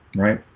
right?